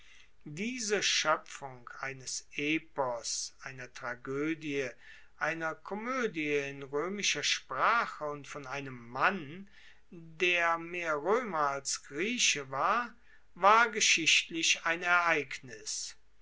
diese schoepfung eines epos einer tragoedie einer komoedie in roemischer sprache und von einem mann der mehr roemer als grieche war war geschichtlich ein ereignis